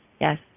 Yes